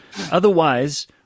otherwise